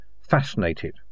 fascinated